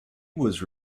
was